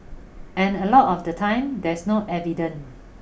and a lot of the time there's no evident